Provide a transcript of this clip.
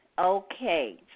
Okay